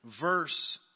verse